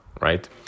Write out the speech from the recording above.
right